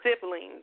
siblings